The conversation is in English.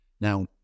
Now